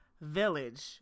village